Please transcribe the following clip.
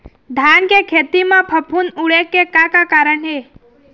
धान के खेती म फफूंद उड़े के का कारण हे?